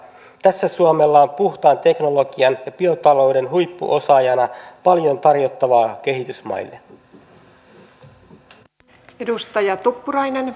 tässä suomella on puhtaan teknologian ja biotalouden huippuosaajana paljon tarjottavaa kehitysmaille